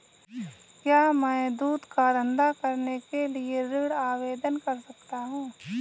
क्या मैं दूध का धंधा करने के लिए ऋण आवेदन कर सकता हूँ?